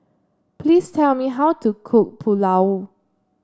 please tell me how to cook Pulao